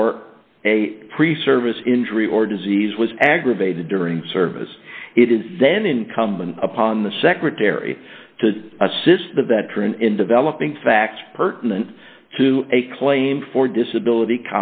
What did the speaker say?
or a pre service injury or disease was aggravated during service it is then incumbent upon the secretary to assist the veteran in developing facts pertinent to a claim for disability